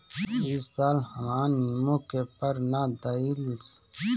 इ साल हमर निमो के फर ना धइलस